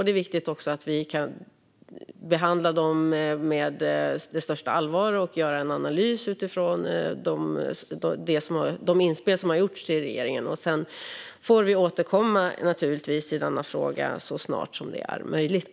Det är viktigt att vi kan behandla dem med största allvar och göra en analys utifrån de inspel som har gjorts till regeringen. Sedan får vi återkomma i frågan så snart som det är möjligt.